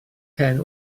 hen